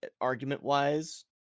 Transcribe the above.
argument-wise